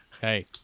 hey